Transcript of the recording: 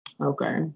Okay